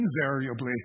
invariably